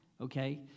Okay